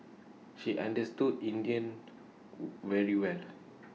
she understood India very well